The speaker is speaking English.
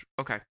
Okay